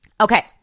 Okay